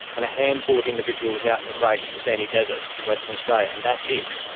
and a handful of individuals out in the great sandy deserts in western australia, and that's it.